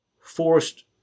forced